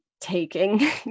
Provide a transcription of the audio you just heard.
taking